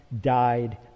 died